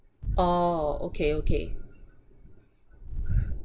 orh okay okay